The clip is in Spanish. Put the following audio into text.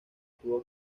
tuvo